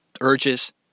urges